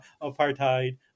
apartheid